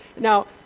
Now